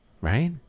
Right